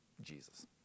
Jesus